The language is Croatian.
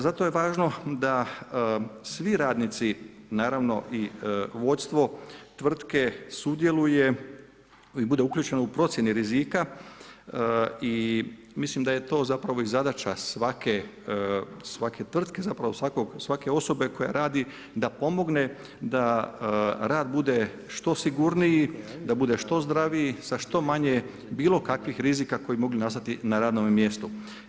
Zato je važno da svi radnici, naravno i vodstvo tvrtke sudjeluje i bude uključeno u procjenu rizika i mislim da je to zapravo i zadaća svake tvrtke, svake osobe koja radi da pomogne da rad bude što sigurniji, da bude što zdraviji sa što manje bilo kakvih rizika koji bi mogli nastati na radnome mjestu.